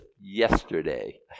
yesterday